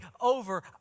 over